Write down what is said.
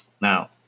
now